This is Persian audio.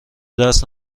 دست